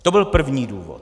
To byl první důvod.